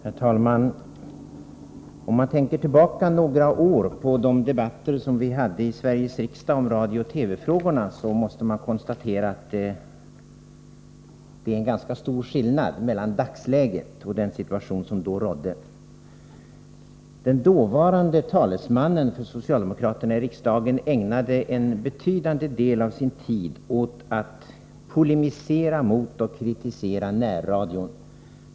Herr talman! Om man tänker tillbaka på de debatter som vi under några år har haft i Sveriges riksdag om radiooch TV-frågorna, måste man konstatera att det är en ganska stor skillnad mellan dagsläget och den situation som då rådde. Den dåvarande talesmannen för socialdemokraterna i riksdagen ägnade en betydande del av sin tid åt att polemisera mot och kritisera närradion.